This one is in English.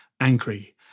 angry